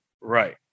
right